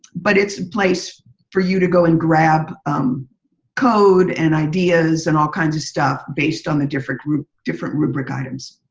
but it's a place for you to go and grab code and ideas and all kind of stuff based on the different group different rubric items.